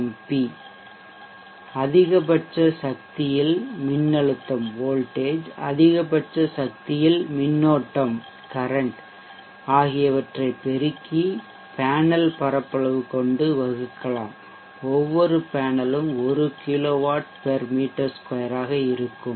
MP அதிகபட்ச சக்தியில் மின்னழுத்தம் வோல்டேஜ் அதிகபட்ச சக்தியில் மின்னோட்டம் ஆகியவற்றை பெருக்கி பேனல் பரப்பளவு கொண்டு வகுக்கலாம்ஒவ்வொரு பேனலும் 1 kW m2 ஆக இருக்கும்